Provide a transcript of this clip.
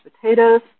potatoes